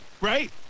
right